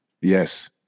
Yes